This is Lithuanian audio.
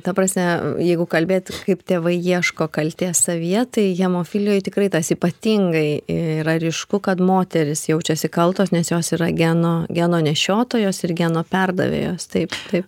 ta prasme jeigu kalbėt kaip tėvai ieško kaltės savyje tai hemofilijoj tikrai tas ypatingai ir yra ryšku kad moterys jaučiasi kaltos nes jos yra geno geno nešiotojos ir geno perdavėjos taip taip